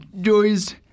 joys